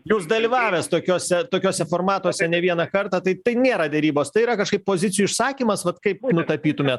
jūs dalyvavęs tokiuose tokiuose formatuose ne vieną kartą tai tai nėra derybos tai yra kažkaip pozicijų išsakymas vat kaip nutapytumėt